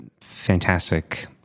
fantastic